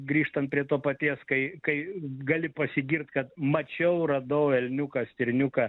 grįžtant prie to paties kai kai gali pasigirt kad mačiau radau elniuką stirniuką